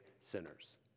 sinners